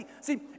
See